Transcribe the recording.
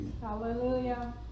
Hallelujah